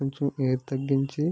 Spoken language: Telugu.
కొంచెం ఎయిర్ తగ్గించి